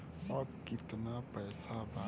अब कितना पैसा बा?